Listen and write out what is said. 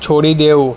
છોડી દેવું